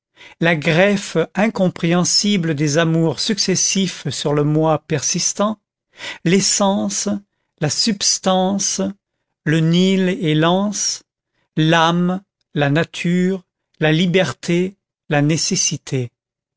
la greffe incompréhensible des amours successifs sur le moi persistant l'essence la substance le nil et l'ens l'âme la nature la liberté la nécessité